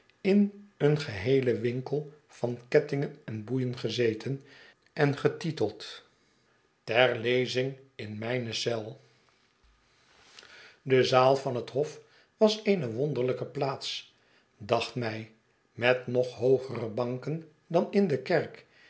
in een geheelen winkel van kettmgen en boeien gezeten en getiteid ter lezing in mijne eel jje zaai van het hof was eene wonderlijke plaats dachtmij met nog hoogere banken dan in de kerk